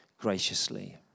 graciously